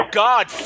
god